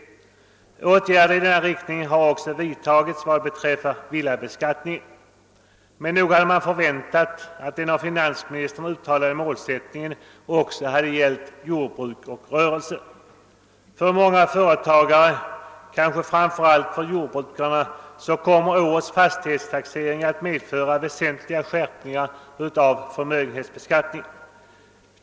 Åtgärder i denna riktning har också vidtagits vad beträffar villabeskattningen. Men nog hade man förväntat att finansministerns uttalade målsättning också skulle gälla jordbruk och rörelse. För många företagare, kanske framför allt för jordbrukare, kommer årets fastighetstaxering att medföra väsentliga skärpningar av förmögenhetsbeskattningen.